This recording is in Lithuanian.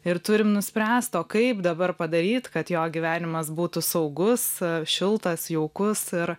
ir turim nuspręst o kaip dabar padaryt kad jo gyvenimas būtų saugus šiltas jaukus ir